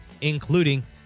including